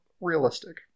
realistic